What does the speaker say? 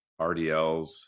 RDLs